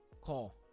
call